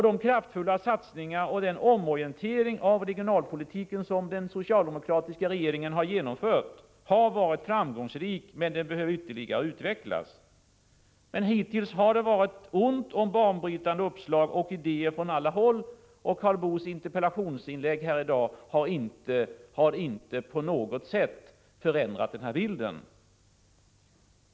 De kraftfulla satsningar och den omorientering av regionalpolitiken som den socialdemokratiska regeringen har genomfört har varit framgångsrika, men detta behöver ytterligare utvecklas. Hittills har det emellertid varit ont om banbrytande uppslag och idéer från alla håll, och Karl Boos interpellationsinlägg i dag har inte på något sätt förändrat den bilden.